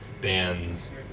bands